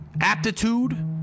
aptitude